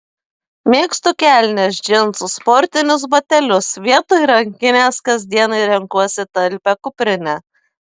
mėgstu kelnes džinsus sportinius batelius vietoj rankinės kasdienai renkuosi talpią kuprinę